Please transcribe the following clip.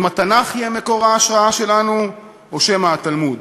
אם התנ"ך יהיה מקור ההשראה שלנו או שמא התלמוד.